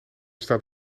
staat